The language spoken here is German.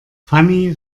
fanny